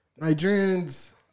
nigerians